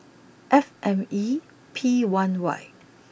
F M E P one Y